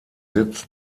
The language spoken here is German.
sitz